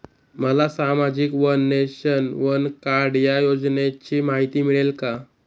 मला सामाजिक one nation, one card या योजनेची माहिती मिळेल का?